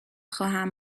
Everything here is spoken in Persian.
خواهم